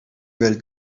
welt